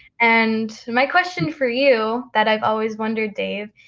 and my question for you that i've always wondered dave,